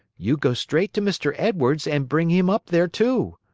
you go straight to mr. edwards and bring him up there, too.